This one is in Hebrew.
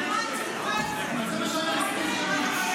לא באתי לכאן להתריס -- באת ועוד איך להתריס.